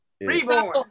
reborn